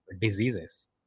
Diseases